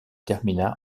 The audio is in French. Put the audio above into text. termina